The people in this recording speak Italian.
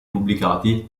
pubblicati